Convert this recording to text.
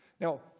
Now